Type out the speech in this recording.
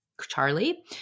Charlie